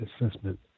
assessment